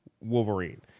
Wolverine